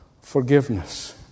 forgiveness